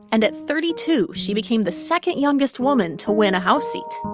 and at thirty two, she became the second-youngest woman to win a house seat